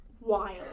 wild